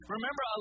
Remember